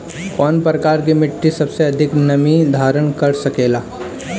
कौन प्रकार की मिट्टी सबसे अधिक नमी धारण कर सकेला?